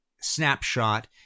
snapshot